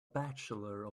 bachelor